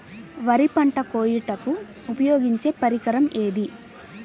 వరి పంట కోయుటకు ఉపయోగించే పరికరం ఏది?